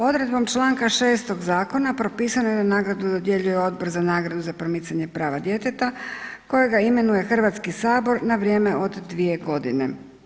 Odredbom članka 6. zakona propisano je da nagradu dodjeljuje Odbor za nagradu za promicanje prava djeteta kojega imenuje Hrvatski sabor na vrijeme od 2 godine.